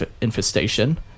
infestation